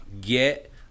Get